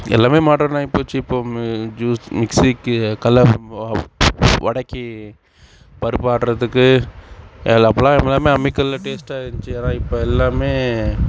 எல்லாமே மாடர்ன் ஆகிப் போச்சு இப்போது ஜுஸ் மிக்சிக்கு வடைக்கு பருப்பு ஆட்டுறதுக்கு எல்லாப் போல எல்லாமே அம்மிக்கல்லில் டேஸ்டாயிருந்துச்சி ஆனால் இப்போ எல்லாமே